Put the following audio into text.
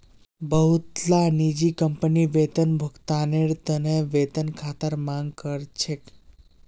बहुतला निजी कंपनी वेतन भुगतानेर त न वेतन खातार मांग कर छेक